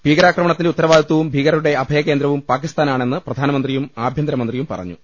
ഭീകരാക്രമണത്തിന്റെ ഉത്തരവാദിത്വും ഭീകരരുടെ അഭയകേന്ദ്രവും പാകിസ്ഥാനാണെന്ന് പ്രധാ നമന്ത്രിയും ആഭ്യന്തരമന്ത്രിയും പറഞ്ഞു